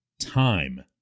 time